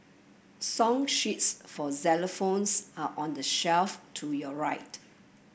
song sheets for xylophones are on the shelf to your right